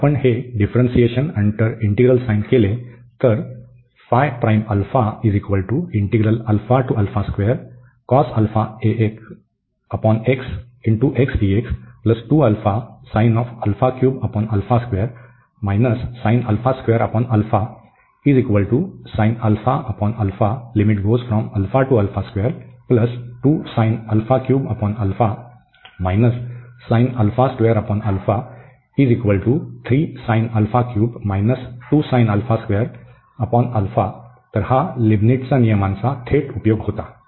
जर आपण हे डिफ्रन्सीएशन अंडर इंटीग्रल साइन केले तर तर लिबनिट्झच्या नियमांचा हा थेट उपयोग होता